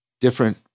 different